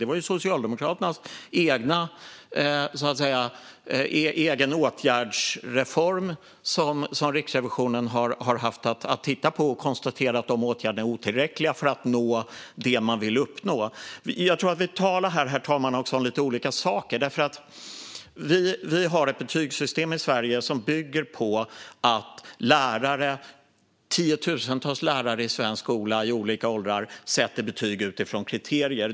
Det är Socialdemokraternas egen åtgärdsreform som Riksrevisionen har haft att titta på, och de har konstaterat att de åtgärderna är otillräckliga för att nå det man vill uppnå. Herr talman! Jag tror att vi också talar här om lite olika saker. Vi har ett betygssystem i Sverige som bygger på att tiotusentals lärare i olika åldrar i svensk skola sätter betyg utifrån kriterier.